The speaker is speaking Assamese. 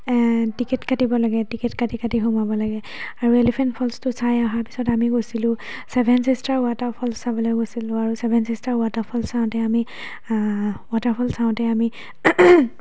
টিকেট কাটিব লাগে টিকেট কাটি কাটি সোমাব লাগে আৰু এলিফেণ্ট ফল্চটো চাই আহাৰ পিছত আমি গৈছিলোঁ ছেভেন ছিছটাৰ ৱাটাৰ ফল চাবলৈ গৈছিলোঁ আৰু ছেভেন ছিছটাৰ ৱাটাৰ ফল চাওঁতে আমি ৱাটাৰ ফল চাওঁতে আমি